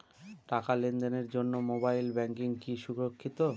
টাকা লেনদেনের জন্য মোবাইল ব্যাঙ্কিং কি সুরক্ষিত?